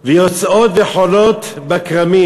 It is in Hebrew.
ויוצאות וחולות בכרמים.